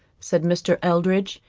said mr. eldridge,